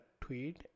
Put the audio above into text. tweet